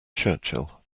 churchill